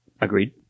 Agreed